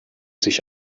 sich